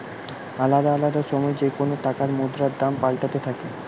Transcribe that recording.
আলদা আলদা সময় যেকোন টাকার মুদ্রার দাম পাল্টাতে থাকে